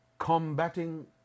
combating